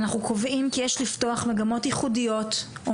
אנחנו קובעים כי יש לפתוח מגמות ייחודיות או